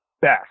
best